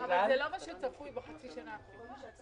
אבל זה לא מה שצפוי בחצי שנה האחרונה.